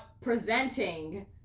presenting